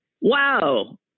wow